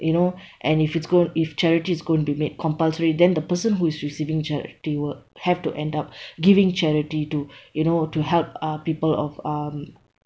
you know and if its gon~ if charity is going be made compulsory then the person who is receiving charity will have to end up giving charity to you know to help uh people of um